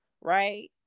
right